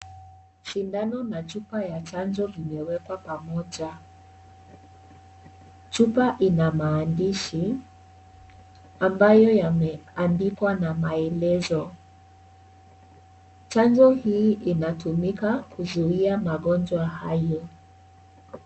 Sindano na chupa ya chanjo vimewekwa pamoja, chupa ina maandishi, ambayo yameandikwa na maelezo, chanjo hii inatumika kuzuia magonjwa hayo.